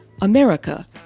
America